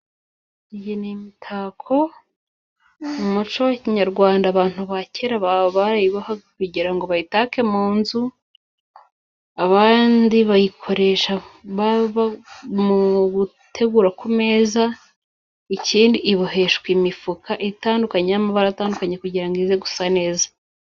Iyi ni imitako, mu muco wa kinyarwanda abantu ba kera barayibohaga kugira ngo bayitake mu nzu. Abandi bayikoresha mu gutegura ku meza, ikindi iboheshwa imifuka itandukanye y'amabara atandukanye kugira ngo ize gusa neza.